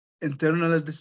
internal